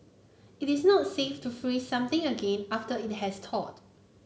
it is not safe to freeze something again after it has thawed